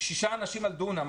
שישה אנשים על דונם.